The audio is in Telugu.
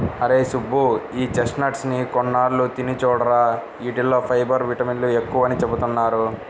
అరేయ్ సుబ్బు, ఈ చెస్ట్నట్స్ ని కొన్నాళ్ళు తిని చూడురా, యీటిల్లో ఫైబర్, విటమిన్లు ఎక్కువని చెబుతున్నారు